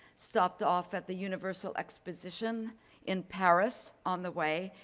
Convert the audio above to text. stopped off at the universal exposition in paris on the way,